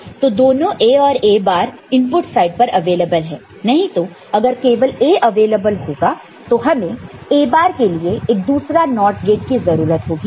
तो दोनों A और A बार इनपुट साइड पर अवेलेबल है नहीं तो अगर केवल A अवेलेबल होगा तो हमें A बार के लिए एक दूसरा NOT गेट की जरूरत होगी